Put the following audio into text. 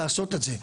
לעשות את זה.